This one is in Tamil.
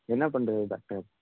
என்னப் பண்ணுறது டாக்டர்